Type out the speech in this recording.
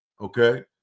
okay